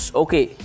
okay